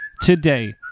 Today